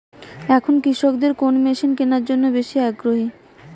এখন কৃষকদের কোন মেশিন কেনার জন্য বেশি আগ্রহী?